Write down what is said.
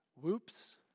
whoops